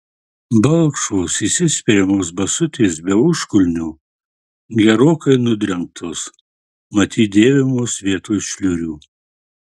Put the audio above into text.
balkšvos įsispiriamos basutės be užkulnių gerokai nudrengtos matyt dėvimos vietoj šliurių